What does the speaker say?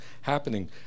happening